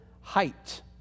height